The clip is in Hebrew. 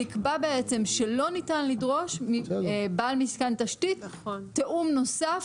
נקבע בעצם שלא ניתן לדרוש מבעל מתקן תשתית תיאום נוסף,